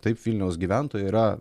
taip vilniaus gyventojai yra